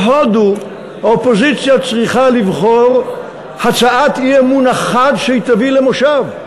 בהודו האופוזיציה צריכה לבחור הצעת אי-אמון אחת שהיא תביא למושב,